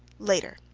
later.